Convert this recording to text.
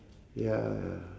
ya ya